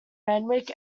randwick